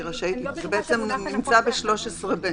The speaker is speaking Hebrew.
זה בעצם נמצא ב-13(ב).